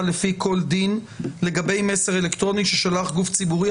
לפי כל דין לגבי מסר אלקטרוני ששלח גוף ציבורי?